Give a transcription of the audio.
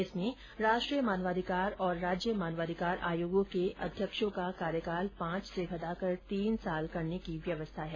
इस विधेयक में राष्ट्रीय मानवाधिकार और राज्य मानवाधिकार आयोगों के अध्यक्षों का कार्यकाल पांच से घटाकर तीन वर्ष करने की व्यवस्था है